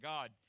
God